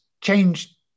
change